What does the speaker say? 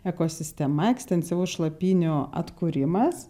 ekosistema ekstensyvus šlapynių atkūrimas